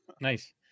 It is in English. Nice